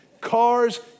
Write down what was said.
Cars